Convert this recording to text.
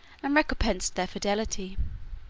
and recompensed their fidelity.